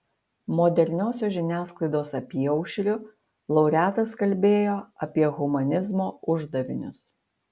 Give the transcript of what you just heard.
moderniosios žiniasklaidos apyaušriu laureatas kalbėjo apie humanizmo uždavinius